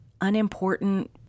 unimportant